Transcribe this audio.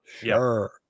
Sure